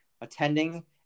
attending